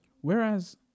whereas